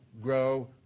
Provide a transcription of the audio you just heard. grow